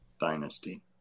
dynasty